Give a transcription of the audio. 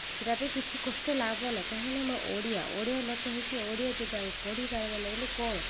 ସେଇଟା ପାଇଁ କିଛି କଷ୍ଟ ଲାଭ ନାହିଁ କାହିଁକିନା ଆମେ ଓଡ଼ିଆ ଓଡ଼ିଆ ଲୋକ ହେଇକି ଓଡ଼ିଆ ଯଦି ଆମେ ପଢ଼ି ପାରିବା ନାଇଁ ବଲେ କ'ଣ